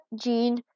Jean